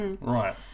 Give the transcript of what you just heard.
Right